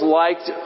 liked